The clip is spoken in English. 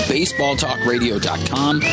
BaseballTalkRadio.com